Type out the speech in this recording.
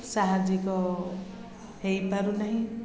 ସାହାଯ୍ୟିକ ହେଇପାରୁନାହିଁ